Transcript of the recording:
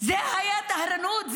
זו הייתה טהרנות?